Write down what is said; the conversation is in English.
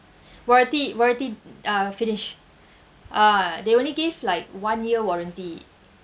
warranty warranty uh finish ah they only gave like one year warranty